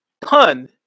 Pun